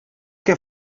que